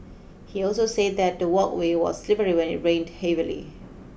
he also said that the walkway was slippery when it rained heavily